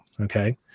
Okay